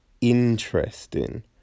interesting